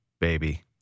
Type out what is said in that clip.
baby